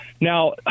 Now